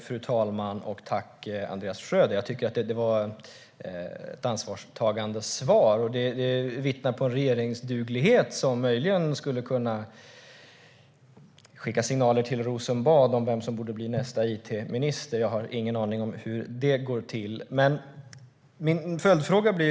Fru talman! Tack, Anders Schröder! Det var ett ansvarstagande svar som vittnar om en regeringsduglighet som möjligen skulle kunna skicka signaler till Rosenbad om vem som borde bli nästa it-minister. Jag har ingen aning om hur det går till, men jag har en följdfråga.